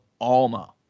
Alma